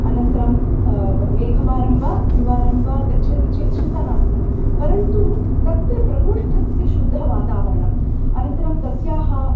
अनन्तरम् एकवारं वा द्विवारं गच्छति चेत् चिन्ता नास्ति परन्तु तत्र प्रकोष्ठस्य शुद्धवातावरणम् अनन्तरं तस्याः